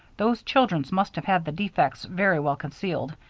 those children must have had the defects very well concealed.